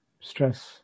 stress